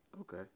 Okay